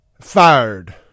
Fired